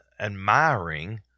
admiring